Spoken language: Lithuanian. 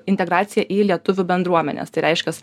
integraciją į lietuvių bendruomenes tai reiškias